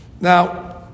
Now